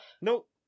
nope